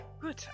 good